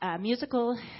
musical